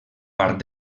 part